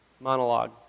Monologue